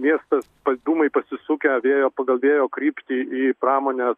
miestas odūmai pasisukę vėjo pagal vėjo kryptį į pramonės